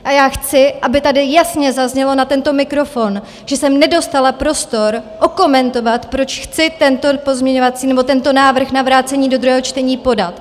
A já chci, aby tady jasně zaznělo na tento mikrofon, že jsem nedostala prostor okomentovat, proč chci tento pozměňovací nebo tento návrh na vrácení do druhého čtení podat.